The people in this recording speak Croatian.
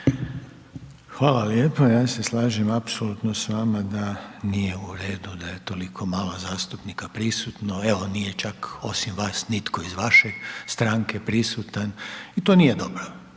Hvala lijepo. Ja se slažem apsolutno s vama da nije u redu da je toliko malo zastupnika prisutno, evo, nije čak, osim vaš nitko iz vaše stranke prisutan i to nije dobro.